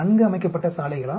நன்கு அமைக்கப்பட்ட சாலைகளா